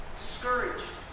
discouraged